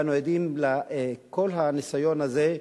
ואנו עדים לכל הניסיון הזה,